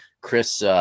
Chris